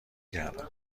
کردم